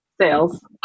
Sales